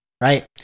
right